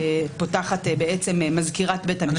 שפותחת מזכירת בית המשפט.